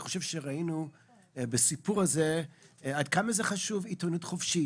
אני חושב שראינו בסיפור הזה עד כמה עיתונות חופשית היא חשובה.